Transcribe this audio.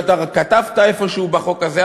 שכתבת איפה שהוא בחוק הזה,